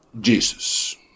Jesus